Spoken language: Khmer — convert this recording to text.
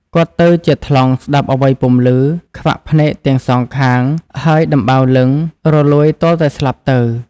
គាត់ទៅជាថ្លង់ស្តាប់អ្វីពុំឮ ខ្វាក់ភ្នែកទាំងសងខាង ហើយដំបៅលិង្គរលួយទាល់តែស្លាប់ទៅ។